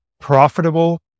profitable